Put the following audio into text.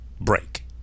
break